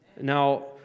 Now